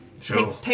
Sure